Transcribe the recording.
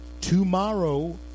Tomorrow